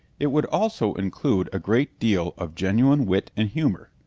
it would also include a great deal of genuine wit and humour,